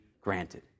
granted